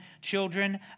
children